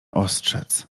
ostrzec